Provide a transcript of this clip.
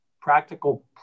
practical